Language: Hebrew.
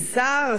שר האוצר,